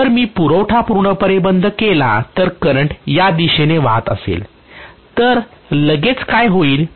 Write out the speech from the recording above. जर मी पुरवठा पूर्णपणे बंद केला तर करंट या दिशेने वाहात असेल तर लगेच काय होईल